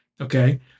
Okay